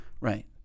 Right